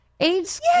AIDS